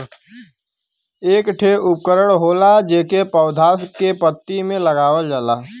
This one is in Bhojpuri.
एक ठे उपकरण होला जेके पौधा के पत्ती में लगावल जाला